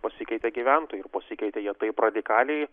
pasikeitė gyventojai ir pasikeitė jie taip radikaliai